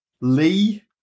Lee